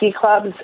clubs